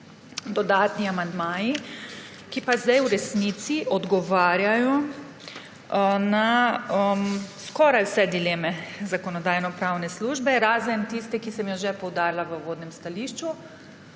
dodatni amandmaji, ki pa zdaj v resnici odgovarjajo na skoraj vse dileme Zakonodajno-pravne službe, razen tiste, ki sem jo že poudarila v uvodnem stališču.